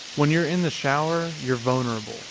when you're in the shower, you're vulnerable.